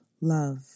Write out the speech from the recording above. love